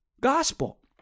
gospel